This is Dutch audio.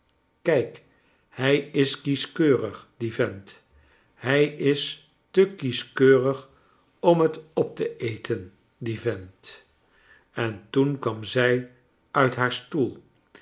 kijk hij is kieschkcurig die vent hij is te kieschkeurig om het op te cten die vent en toon kwam zij uit haar stoei